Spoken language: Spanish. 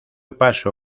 paso